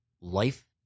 life